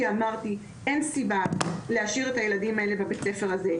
כי אמרתי אין סיבה להשאיר את הילדים בבית הספר הזה,